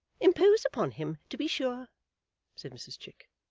impose upon him, to be sure said mrs chick.